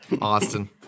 Austin